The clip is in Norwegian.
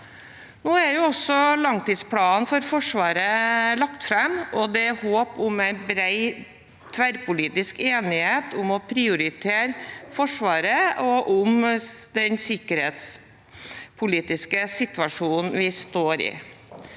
Nå er langtidsplanen for Forsvaret lagt fram, og det er håp om en bred tverrpolitisk enighet om å prioritere Forsvaret og om den sikkerhetspolitiske situasjonen vi står i.